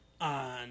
on